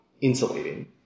insulating